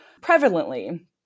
prevalently